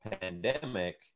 pandemic